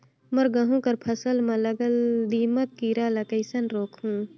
मोर गहूं कर फसल म लगल दीमक कीरा ला कइसन रोकहू?